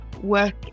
work